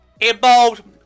Involved